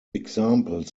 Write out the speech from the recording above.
examples